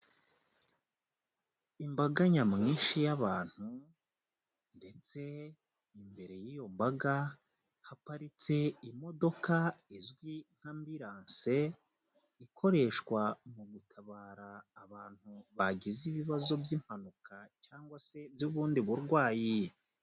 Imbaga nyamwinshi y'abantu, ndetse imbere y'iyo mbaga, haparitse imodoka izwi nka ambilanse, ikoreshwa mu gutabara abantu bagize ibibazo by'impanuka, cyangwa se by'ubundi burwayi.